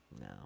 No